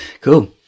Cool